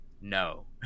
no